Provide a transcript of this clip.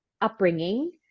upbringing